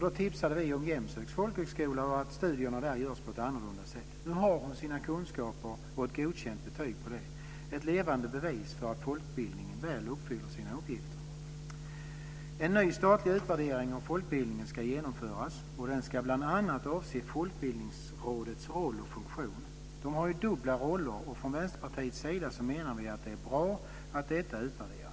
Då tipsade vi om Jämshögs folkhögskola och att studierna där genomförs på ett annat sätt. Nu har hon sina kunskaper och ett godkänt betyg. Det är ett levande bevis för att folkbildningen väl uppfyller sina uppgifter. En ny statlig utvärdering av folkbildningen ska genomföras, och den ska bl.a. avse Folkbildningsrådets roll och funktion. Rådet har ju dubbla roller, och vi från Vänsterpartiet menar att det är bra att detta utvärderas.